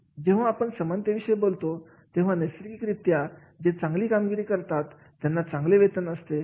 जेव्हा आपण समानतेविषयी बोलतो तेव्हा नैसर्गिक रित्या जे चांगली कामगिरी करतात त्यांना चांगले वेतन असते